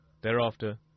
Thereafter